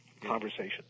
conversation